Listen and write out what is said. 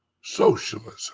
socialism